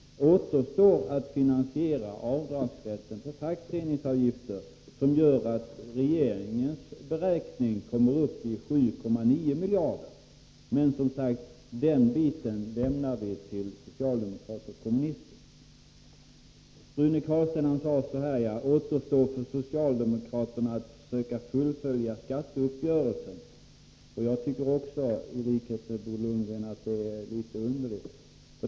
Återstår således att finansiera avdragsrätten för fackföreningsavgiften. Det gör att det av regeringen beräknade finansieringsbehovet uppgår till 7,9 miljarder kronor. Men den frågan överlämnar vi till socialdemokraterna och kommunisterna att lösa. Rune Carlstein sade att det återstod för socialdemokraterna att försöka fullfölja skatteuppgörelsen. I likhet med Bo Lundgren tycker jag att det låter litet underligt.